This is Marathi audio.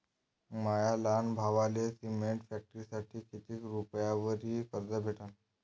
माया लहान भावाले सिमेंट फॅक्टरीसाठी कितीक रुपयावरी कर्ज भेटनं?